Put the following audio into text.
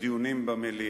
בדיונים במליאה.